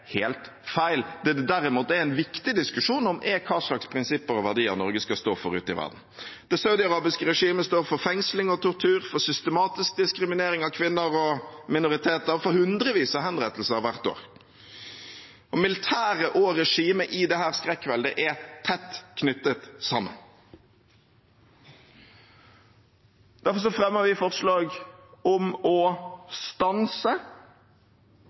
helt feil. Det det derimot er en viktig diskusjon om, er hva slags prinsipper og verdier Norge skal stå for ute i verden. Det saudiarabiske regimet står for fengsling og tortur, for systematisk diskriminering av kvinner og minoriteter og for hundrevis av henrettelser hvert år, og militæret og regimet i dette skrekkveldet er tett knyttet sammen. Derfor fremmer vi forslag om å stanse